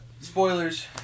Spoilers